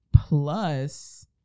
plus